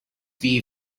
fee